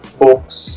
books